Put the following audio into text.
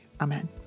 Amen